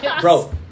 Bro